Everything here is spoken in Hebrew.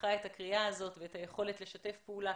בברכה את הקריאה הזאת ואת היכולת לשתף פעולה